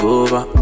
over